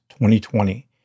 2020